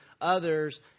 others